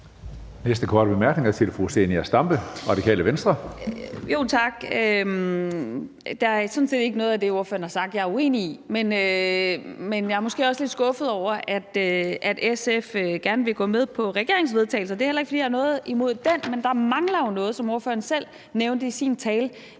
Næste korte bemærkning er til fru Zenia Stampe, Radikale Venstre. Kl. 14:09 Zenia Stampe (RV): Tak. Der er sådan set ikke noget af det, ordføreren har sagt, jeg er uenig i. Men jeg er måske også lidt skuffet over, at SF gerne vil gå med på regeringens forslag til vedtagelse. Det er heller ikke, fordi jeg har noget mod det, men der mangler jo noget, som ordføreren selv nævnte i sin tale,